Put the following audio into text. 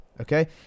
Okay